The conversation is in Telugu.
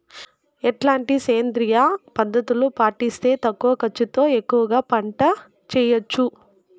ఎట్లాంటి సేంద్రియ పద్ధతులు పాటిస్తే తక్కువ ఖర్చు తో ఎక్కువగా పంట చేయొచ్చు?